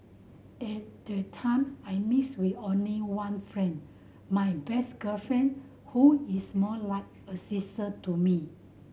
at the time I mixed with only one friend my best girlfriend who is more like a sister to me